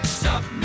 stop